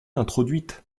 introduite